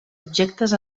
objectes